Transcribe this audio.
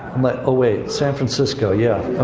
but ah wait, san francisco, yeah,